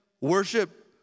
Worship